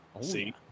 See